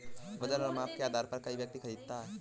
वजन और माप के आधार पर ही व्यक्ति वस्तु खरीदता है